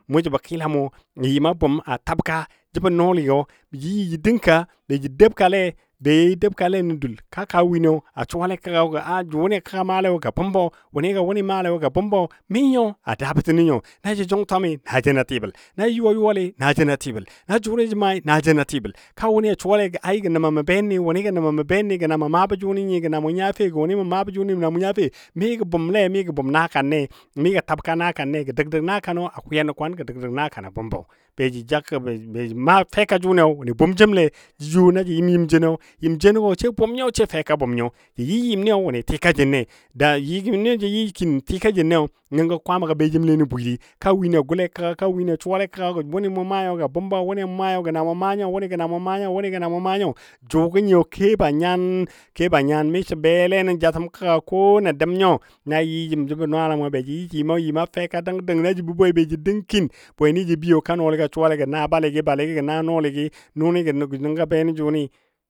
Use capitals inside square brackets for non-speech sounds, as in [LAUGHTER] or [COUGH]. suwai mə bwangtən bɨlənkel, mə bwangtən yɨm nyan, mə bwangtən yɨm sak sak a kəga kwaamai təbɔ kəga nəfitəmo mi mə suwale mɔ nyio məndi yan tuwola nəble. na mə ya mə tuwo nəbi nəbni suwa gɔ nʊni kebo nəfili nyan, miso mə soga nəfi nəfilile nəbni kəga səbo mə yo sai nəji dʊnjino na mə nijibo dʊnjini a nʊng mə kebo nəfili nyan amma na mə nʊng dʊn jinole səbo nəbni a kəga səbo məi səbo fololɔmɔ, səbo nəbni yɨm a təmo youlini gəmiyo jə suwa suwago balini fa gən bali nəfili nəfili nyan [HESITATION] na gun mə maalala kaam kanjəltibənile a bʊmbi mi nən nuni dəngile nən [HESITATION] gə ma nəfili nyani ba miso jə dəngile [HESITATION] jə gun jə suwago balini ga bʊmbo fa gun yomniyo dəng yɔmni yɔleyo yɔgə dəla keltin gɔ dəbla keltən to miso mə dəbla kelle a mʊgo nəl məndi gəm. miso mə yole yɔn mʊrka dul nəfitəm nəbi a gun yo maa kilanle. nan maa nyi a bʊmbo nəbo tuwoi tuwoi a youlini gəm miso mə gunne yo yan swag kaam beti a gun ya maa kuulle ko yau swag kaam nəb ya maa gabakelle ko yan swag kaam nəb har a gun ya ga kilanle na mə maa nyi a bʊmbo a kəga nəfitəmo gəm a kəga kwaamai. jʊmo gunne nan gun yɔmi mə yɔ yɔməndi minəm kaa gabakel wo ya mə suwa bɨlangkel don muddi na mə suwa bɨlənkeleyo.